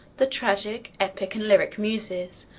the tragic, epic, and lyric muses,